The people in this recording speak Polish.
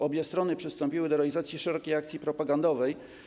Obie strony przystąpiły do realizacji szerokiej akcji propagandowej.